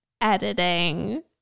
editing